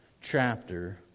chapter